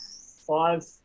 five